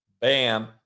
Bam